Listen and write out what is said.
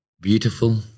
Beautiful